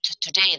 today